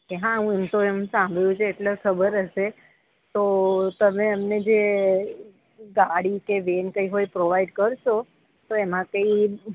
okay હા હું એમ તો એમ સાંભળ્યું છે એટલે ખબર હશે તો તમે અમને જે ગાડી કે વેન કંઈ હોય પ્રોવાઇડ કરશો તો એમાં કંઈ